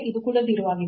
ಇದು ಕೂಡ 0 ಆಗಿದೆ